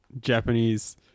Japanese